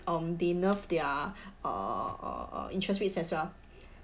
um they nerve their uh interest rates as well